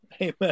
amen